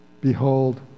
behold